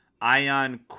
Ion